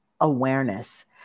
awareness